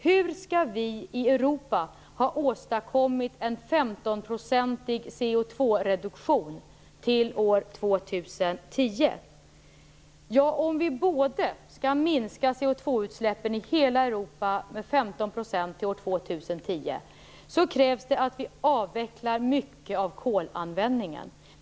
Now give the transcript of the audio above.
Hur skall vi i Europa kunna åstadkomma en 15 procentig koldioxidreduktion till år 2010? Om vi skall minska koldioxidutsläppen i hela Europa med 15 % till år 2010 krävs det att vi avvecklar en stor del av kolanvändningen.